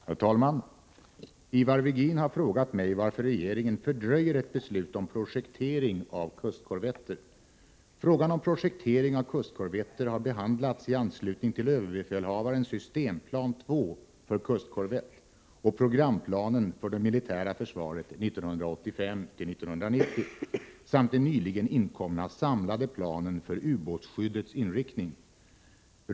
Herr talman! Ivar Virgin har frågat mig varför regeringen fördröjer ett beslut om projektering av kustkorvetter. Frågan om projektering av kustkorvetter har behandlats i anslutning till överbefälshavarens systemplan 2 för kustkorvett, programplanen för det militära försvaret 1985-1990 samt den nyligen inkomna samlade planen för ubåtsskyddets inriktning.